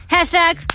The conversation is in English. Hashtag